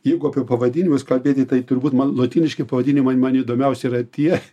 jeigu apie pavadinimus kalbėti tai turbūt man lotyniški pavadinimai man įdomiausia yra tie